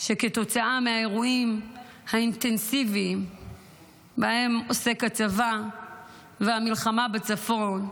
שכתוצאה מהאירועים האינטנסיביים שבהם עוסק הצבא והמלחמה בצפון,